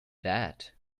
that